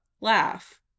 laugh